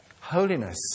Holiness